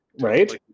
Right